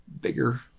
bigger